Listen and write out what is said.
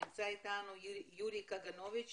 נמצא איתנו יורי קגנוביץ,